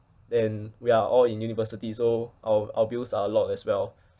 then we are all in university so our our bills are a lot as well